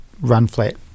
run-flat